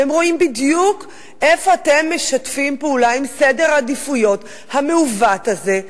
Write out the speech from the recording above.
והם רואים בדיוק איפה אתם משתפים פעולה עם סדר העדיפויות המעוות הזה.